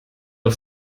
auf